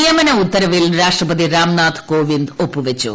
നിയമന ഉത്തരവിൽ രാഷ്ട്രപതി രാംണാഥ് കോവിന്ദ് ഒപ്പുവെച്ചു